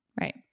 right